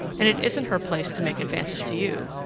and it isn't her place to make advances to you.